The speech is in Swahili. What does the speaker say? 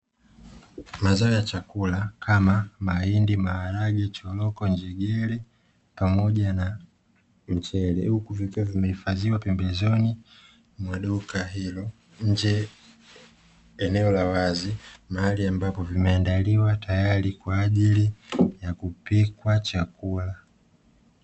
Mazao ya chakula kama: mahindi, maharage, choroko, njegere pamoja na mchele; huku zikiwa zimehifadhiwa pembezoni mwa duka hilo. Nje eneo la wazi mahali ambapo pameandaliwa tayari Kwa ajili ya kupikwa chakula.